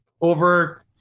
over